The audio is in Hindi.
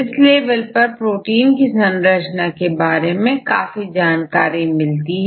इस लेवल पर प्रोटीन की संरचना के बारे में काफी ज्यादा जानकारी मिलती है